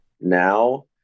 now